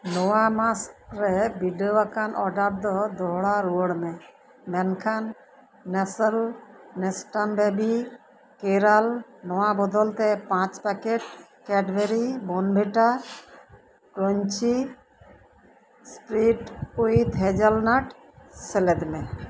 ᱱᱚᱣᱟ ᱢᱟᱥ ᱨᱮ ᱵᱤᱰᱟ ᱣ ᱟᱠᱟᱱ ᱳᱰᱟᱨ ᱫᱚ ᱫᱚᱦᱲᱟ ᱨᱩᱣᱟ ᱲ ᱢᱮ ᱢᱮᱱᱠᱷᱟᱱ ᱱᱮᱥᱮᱞ ᱱᱮᱥᱴᱟᱢᱵᱮᱵᱤ ᱠᱮᱨᱟᱞ ᱱᱚᱣᱟ ᱵᱚᱫᱚᱞᱛᱮ ᱯᱟᱸᱪ packet Cadbury Bournvita crunchy spread with hazelnut ᱥᱮᱞᱮᱫ ᱢᱮ